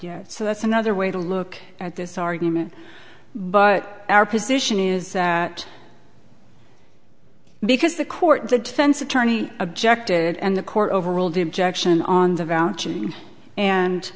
yet so that's another way to look at this argument but our position is that because the court the defense attorney objected and the court overruled the objection on the